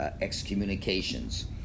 excommunications